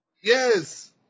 yes